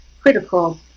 critical